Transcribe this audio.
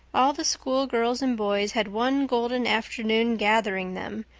all the school girls and boys had one golden afternoon gathering them,